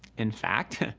in fact,